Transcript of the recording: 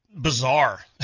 bizarre